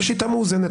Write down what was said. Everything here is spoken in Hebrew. יש שיטה מאוזנת.